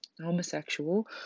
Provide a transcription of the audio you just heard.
homosexual